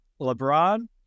LeBron